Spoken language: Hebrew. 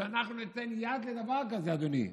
שאנחנו ניתן יד, לדבר הזה, אדוני.